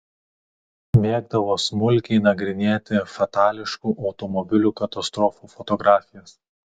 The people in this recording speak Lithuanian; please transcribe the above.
mėgdavo smulkiai nagrinėti fatališkų automobilių katastrofų fotografijas